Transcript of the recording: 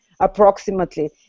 Approximately